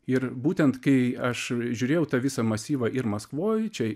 ir būtent kai aš žiūrėjau į tą visą masyvą ir maskvoj čia